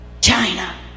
China